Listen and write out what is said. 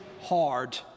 hard